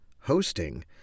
hosting